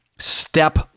Step